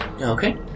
Okay